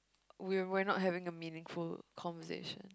we we're not having a meaningful conversation